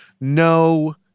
no